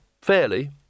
fairly